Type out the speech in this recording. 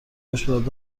مشکلات